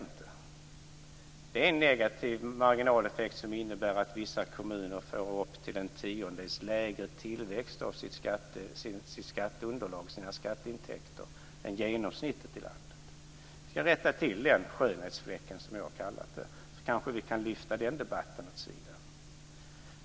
Det är en negativ marginaleffekt som innebär att vissa kommuner får upp till en tiondels lägre tillväxt av sina skatteintäkter än genomsnittet i landet. Vi ska rätta till den, som jag har kallat det, skönhetsfläcken, så kanske vi kan lyfta den debatten åt sidan.